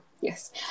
Yes